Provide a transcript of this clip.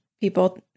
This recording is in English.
people